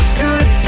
good